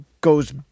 goes